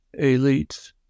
elites